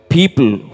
People